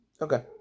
Okay